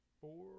four